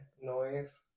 noise